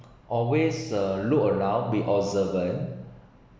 always uh look around be observant